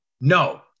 No